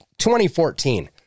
2014